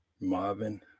Marvin